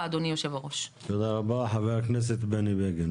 תוקף לפעולות הוועדה המיוחדת אם הקיים אחד מאלה: